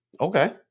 okay